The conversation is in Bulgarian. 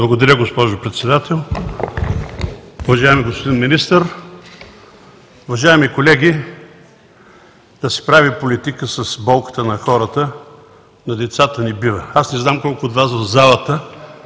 Благодаря, госпожо Председател. Уважаеми господин Министър, уважаеми колеги! Да се прави политика с болката на хората, на децата не бива. Аз не знам колко от Вас в залата